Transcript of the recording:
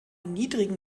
niedrigen